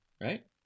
right